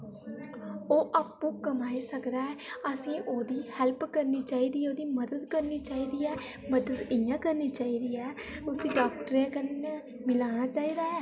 ओह् आपूं कमाई सकदा ऐ असें ओह्दी हैल्प करनी चाहिदी ऐ ओह्दी मदद इ'यां करनी चाहिदी ऐ मदद इ'यां करनी चाहिदी ऐ उसी डाक्टरै कन्नै मिलाना चाहिदा ऐ